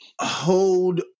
hold